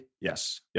Yes